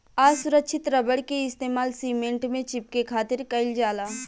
असुरक्षित रबड़ के इस्तेमाल सीमेंट में चिपके खातिर कईल जाला